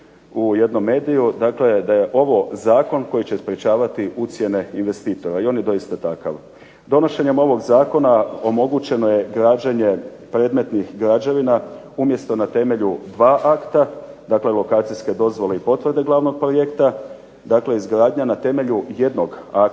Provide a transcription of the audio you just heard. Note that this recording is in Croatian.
u jednom mediju. Dakle, da je ovo zakon koji će sprečavati ucjene investitora. I on je doista takav. Donošenjem ovog zakona omogućeno je građenje predmetnih građevina umjesto na temelju 2 akta, dakle lokacijske dozvole i potvrde glavnog projekta, dakle izgradnja na temelju jednog akta